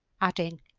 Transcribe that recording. adding